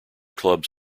clubs